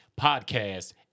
podcast